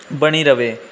ਬਣੀ ਰਹੇ